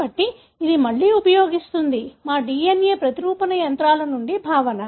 కాబట్టి ఇది మళ్లీ ఉపయోగిస్తుంది మా DNA ప్రతిరూపణ యంత్రాల నుండి భావన